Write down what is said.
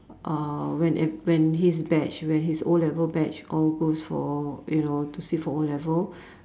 uh when ev~ when his batch when his O-level batch all goes for you know to sit for O-level